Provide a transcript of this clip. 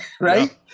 right